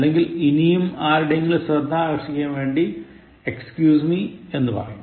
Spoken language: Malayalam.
അല്ലെങ്കിൽ ഇനിയും ആരുടെയെങ്കിലും ശ്രദ്ധ ആകർഷിക്കാൻ വേണ്ടി excuse me എന്ന് പറയും